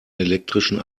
elektrischen